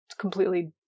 completely